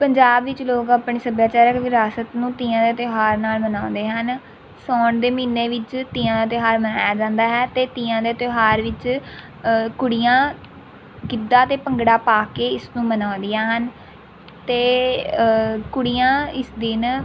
ਪੰਜਾਬ ਵਿੱਚ ਲੋਕ ਆਪਣੇ ਸੱਭਿਆਚਾਰਕ ਵਿਰਾਸਤ ਨੂੰ ਤੀਆਂ ਦੇ ਤਿਉਹਾਰ ਨਾਲ਼ ਮਨਾਉਂਦੇ ਹਨ ਸਾਉਣ ਦੇ ਮਹੀਨੇ ਵਿੱਚ ਤੀਆਂ ਦਾ ਤਿਉਹਾਰ ਮਨਾਇਆ ਜਾਂਦਾ ਹੈ ਅਤੇ ਤੀਆਂ ਦੇ ਤਿਉਹਾਰ ਵਿੱਚ ਕੁੜੀਆਂ ਗਿੱਧਾ ਅਤੇ ਭੰਗੜਾ ਪਾ ਕੇ ਇਸਨੂੰ ਮਨਾਉਂਦੀਆਂ ਹਨ ਅਤੇ ਕੁੜੀਆਂ ਇਸ ਦਿਨ